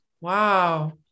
Wow